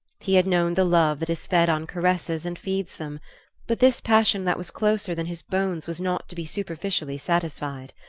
he had known the love that is fed on caresses and feeds them but this passion that was closer than his bones was not to be superficially satisfied.